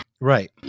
Right